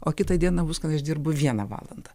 o kitą dieną bus kad aš dirbu vieną valandą